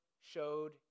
showed